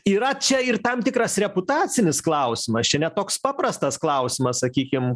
yra čia ir tam tikras reputacinis klausimas čia ne toks paprastas klausimas sakykim